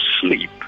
sleep